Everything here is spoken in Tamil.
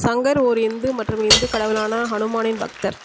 சங்கர் ஒரு இந்து மற்றும் இந்துக் கடவுளான ஹனுமானின் பக்தர்